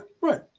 right